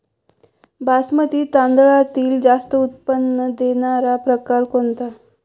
बासमती तांदळातील जास्त उत्पन्न देणारा प्रकार कोणता?